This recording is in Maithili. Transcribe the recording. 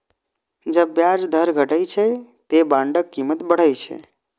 जब ब्याज दर घटै छै, ते बांडक कीमत बढ़ै छै